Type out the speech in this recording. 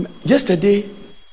yesterday